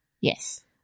Yes